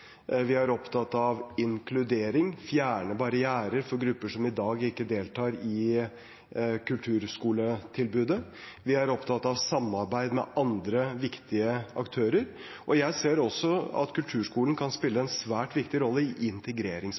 Vi er opptatt av inkludering og å fjerne barrierer for grupper som i dag ikke deltar i kulturskoletilbudet. Vi er opptatt av samarbeid med andre viktige aktører, og jeg ser også at kulturskolen kan spille en svært viktig rolle i